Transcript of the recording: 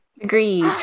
agreed